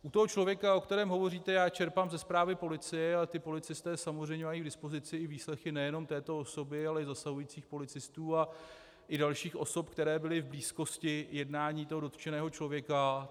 U toho člověka, o kterém hovoříte, já čerpám ze zprávy policie a ti policisté samozřejmě mají k dispozici výslechy nejenom této osoby, ale zasahujících policistů i dalších osob, které byly v blízkosti jednání toho dotčeného člověka.